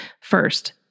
First